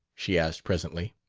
she asked presently.